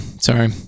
sorry